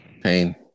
Pain